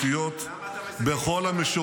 אני יכול להגיד לכם שאני לא יכול להגיד לכם את כל הדברים